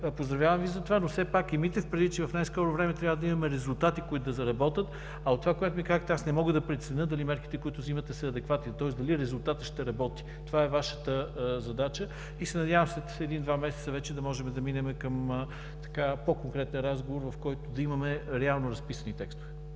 Поздравявам Ви за това, но все пак имайте предвид, че в най-скоро време трябва да имаме резултати, които да заработят, а от това, което ми казахте, аз не мога да преценя дали мерките, които взимате, са адекватни, тоест дали резултатът ще работи. Това е Вашата задача. Надявам се след един-два месеца вече да можем да минем към по-конкретен разговор, в който да имаме реално разписани текстове.